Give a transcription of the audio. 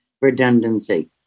redundancy